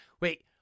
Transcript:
Wait